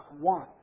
one